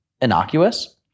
innocuous